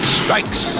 strikes